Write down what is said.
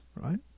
right